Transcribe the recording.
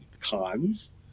Cons